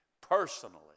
personally